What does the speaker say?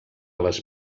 les